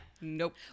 Nope